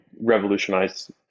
revolutionize